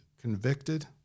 convicted